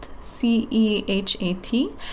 C-E-H-A-T